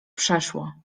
przeszło